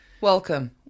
Welcome